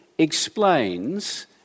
explains